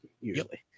usually